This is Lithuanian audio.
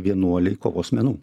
vienuoliai kovos menų